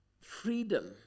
freedom